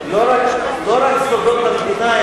לא רק סודות במדינה,